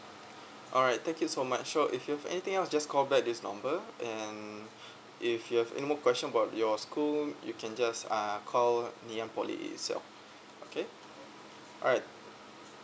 alright thank you so much sure if you have anything else just call back this number and if you have any more question about your school you can just uh call ngee ann poly itself okay alright